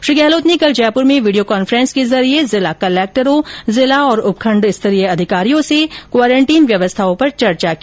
श्री गहलोत ने कल जयपुर में वीडियो कॉन्फ्रेंस के जरिये जिला कलक्टर जिला और उपखंडस्तरीय अधिकारियों से क्वारेंटाइन व्यवस्थाओं पर चर्चा की